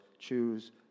Choose